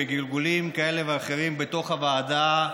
בגלגולים כאלה ואחרים בתוך הוועדה,